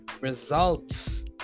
results